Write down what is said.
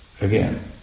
again